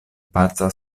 paca